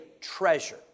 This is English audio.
treasure